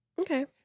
Okay